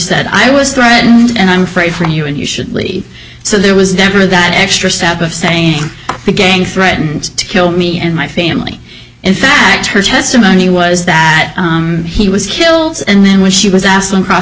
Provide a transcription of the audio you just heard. said i was threatened and i'm afraid for you and you should leave so there was never that extra step of saying the gang threatened to kill me and my family in fact her testimony was that he was killed and then when she was asked on cross